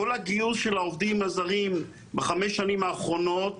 כל הגיוס של העובדים הזרים בחמש השנים האחרונות